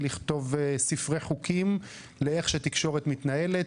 לכתוב ספרי חוקים על איך תקשורת מתנהלת.